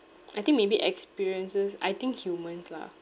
I think maybe experiences I think humans lah